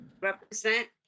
Represent